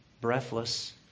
breathless